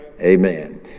amen